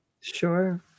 Sure